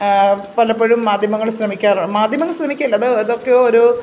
പലപ്പോഴും മാധ്യമങ്ങൾ ശ്രമിക്കാറുണ്ട് മാധ്യമങ്ങൾ ശ്രമിക്കുകയല്ല അത് അതൊക്കെ ആരോ